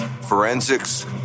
Forensics